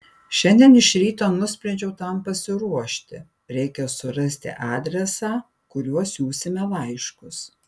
šiandien iš ryto nusprendžiau tam pasiruošti reikia surasti adresą kuriuo siųsime laiškus